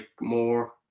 more